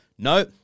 No